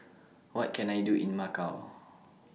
What Can I Do in Macau